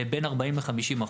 בין 40% ל-50%,